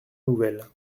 nouvelle